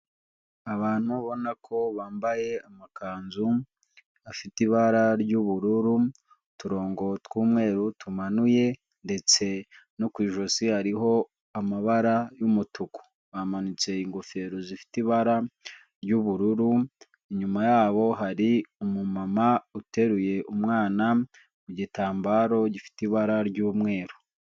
Abantu ubona ko bambaye amakanzu afite ibara ry'ubururu, uturongo tw'umweru tumanuye ndetse no ku ijosi hariho amabara y'umutuku, bamanitse ingofero zifite ibara ry'ubururu, inyuma yabo hari umumama uteruye umwana mu gitambaro gifite ibara ry'umweru.